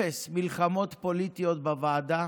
אפס מלחמות פוליטיות בוועדה,